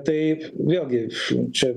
taip vėlgi čia